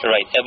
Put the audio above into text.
Right